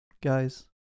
guys